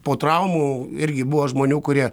po traumų irgi buvo žmonių kurie